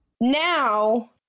now